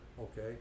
okay